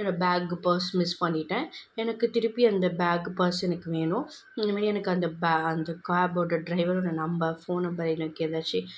என்னோடய bag purse miss பண்ணிவிட்டேன் எனக்கு திருப்பி அந்த பேகு பர்ஸ் எனக்கு வேணும் இந்த மாதிரி எனக்கு அந்த பே அந்த கேபோடய ட்ரைவரோடய நம்பர் ஃபோன் நம்பர் எனக்கு ஏதாச்சும்